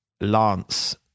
Lance